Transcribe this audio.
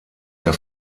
der